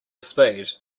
speed